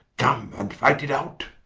come and fight it out?